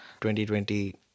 2020